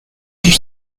dut